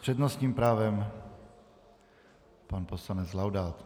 S přednostním právem pan poslanec Laudát.